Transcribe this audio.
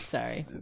Sorry